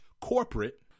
corporate